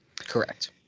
Correct